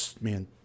man